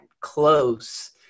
close